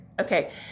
Okay